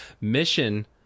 mission